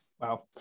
Wow